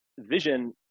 vision